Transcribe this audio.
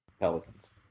Pelicans